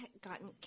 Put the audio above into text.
gotten